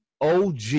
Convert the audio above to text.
OG